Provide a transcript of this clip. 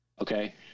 Okay